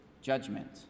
judgment